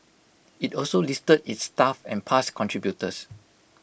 IT also listed its staff and past contributors